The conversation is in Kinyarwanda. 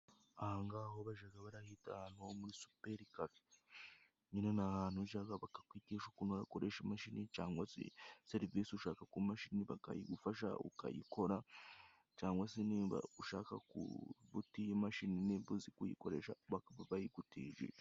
Aha ngaha ho bajaga barahita ahantu ho muri siberi kafe, nyine ni ahantu ujaga bakakwigisha ukuntu bakoreshaga imashini, cangwa se serivisi ushaka kumashini bakayigufasha ukayikora, cyangwa se niba ushaka kuba utiye imashini nimba uzi kuyikoresha bakaba bayigutijije.